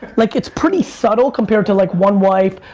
like it's pretty subtle, compared to like one wife,